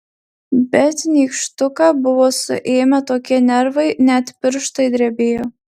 bet nykštuką buvo suėmę tokie nervai net pirštai drebėjo